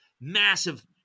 massive